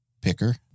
picker